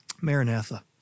Maranatha